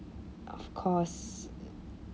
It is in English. of course